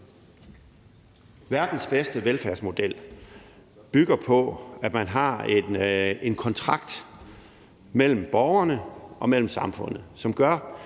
Verdens bedste velfærdsmodel bygger på, at man har en kontrakt mellem borgerne og samfundet, som gør,